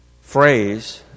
phrase